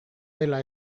dela